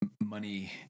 money